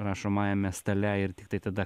rašomajame stale ir tiktai tada